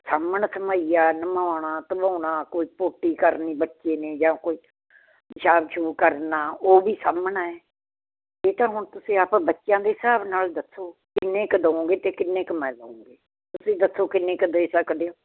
ਸਾਂਭਣ ਸਭੱਈਆ ਨਹਾਉਣਾ ਧਮਾਉਣਾ ਕੋਈ ਪੋਟੀ ਕਰਨੀ ਬੱਚੇ ਨੇ ਜਾਂ ਕੋਈ ਪਿਸ਼ਾਬ ਪੁਸ਼ਾਬ ਕਰਨਾ ਉਹ ਵੀ ਸਾਂਭਣਾ ਹੈ ਇਹ ਤਾਂ ਹੁਣ ਤੁਸੀਂ ਆਪ ਬੱਚਿਆਂ ਦੇ ਹਿਸਾਬ ਨਾਲ ਦੱਸੋ ਕਿੰਨੇ ਕੁ ਦੇਵੋਗੇ ਅਤੇ ਕਿੰਨੇ ਕੁ ਮੈਂ ਲਵਾਂਗੀ ਤੁਸੀਂ ਦੱਸੋ ਕਿੰਨੇ ਕ ਦੇ ਸਕਦੇ ਹੋ